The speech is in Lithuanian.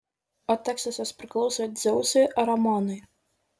o teksasas priklauso dzeusui ar amonui